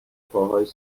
پاهاش